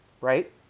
right